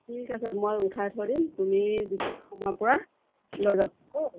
ঠিক আছে মই উঠাই থৈ দিম তুমি যেতিয়া সময় পোৱা লৈ যাবা দেই